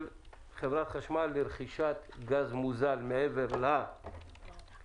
חברת החשמל לרכישת גז מוזל מעבר לאחוז